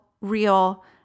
real